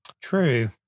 True